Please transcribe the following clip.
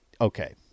Okay